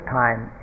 time